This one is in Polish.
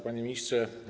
Panie Ministrze!